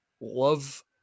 love